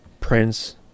prince